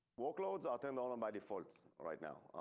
workloads are turned on on by default right now,